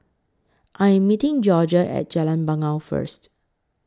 I Am meeting Jorja At Jalan Bangau First